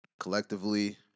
collectively